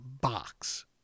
box